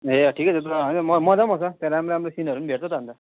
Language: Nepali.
ए ठिकै छ त होइन मजा पनि आउँछ त्यहाँ राम्रो छ त राम्रो सिनहरू पनि भेट्छ त अन्त